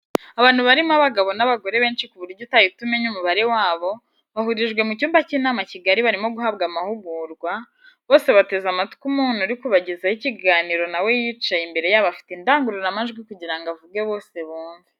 Abantu barimo abagabo n'abagore benshi ku buryo utahita umenya umubare wabo, bahurijwe mu cyumba cy'inama kigari barimo guhabwa amahugurwa, bose bateze amatwi umuntu uri kubagezaho ikiganiro nawe yicaye imbere yabo afite indangururamajwi kugirango avuge bose bumve.